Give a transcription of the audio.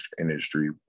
industry